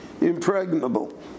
impregnable